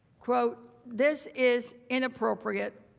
this is inappropriate,